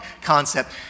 concept